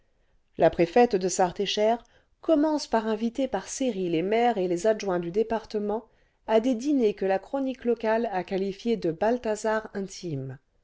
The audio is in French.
la préfète de sarthe et cher commence par inviter par séries les maires et les adjoints du département à des dîners que la chronique locale a qualifiés de balthazars